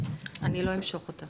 או --- אני לא אמשוך אותה.